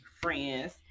friends